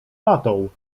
matoł